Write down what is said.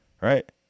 Right